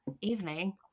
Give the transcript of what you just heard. evening